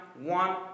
one